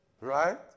Right